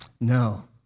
No